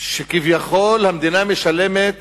שכביכול המדינה משלמת